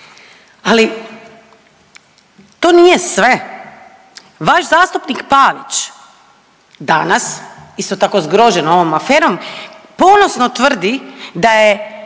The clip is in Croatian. Ali, to nije sve. Vaš zastupnik Pavić danas isto tako zgrožen ovom aferom ponosno tvrdi da je